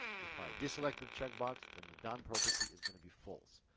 if i deselect the checkbox, then the done property is going to be false.